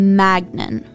magnet